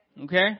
Okay